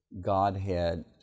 Godhead